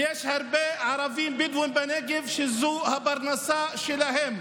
ויש הרבה ערבים בדואים בנגב שזו הפרנסה שלהם.